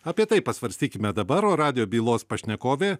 apie tai pasvarstykime dabar o radijo bylos pašnekovė